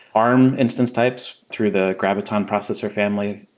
arm instance types through the graviton processor family,